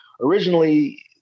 originally